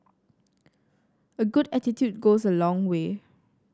a good attitude goes a long way